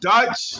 Dutch